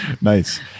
Nice